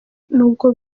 nubwo